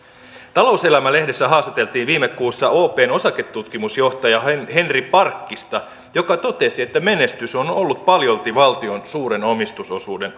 talouselämä lehdessä haastateltiin viime kuussa opn osaketutkimusjohtaja henri parkkista joka totesi että menestys on ollut paljolti valtion suuren omistusosuuden